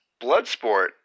Bloodsport